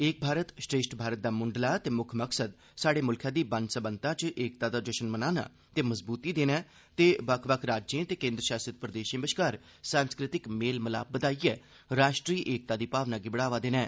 एक भारत श्रेष्ठ भारत दा मुंडला ते मुक्ख मकसद स्हाडे मुल्खै दी बनसब्बनता च एकता दा जश्न मनाना ते मजबूती देना ऐ ते बक्ख राज्यें ते केन्द्र शासत प्रदेशें बश्कार सांस्कृतिक मेल मिलाप बधाइए राष्ट्रीय एकता दी भावना गी बढ़ावा देना ऐ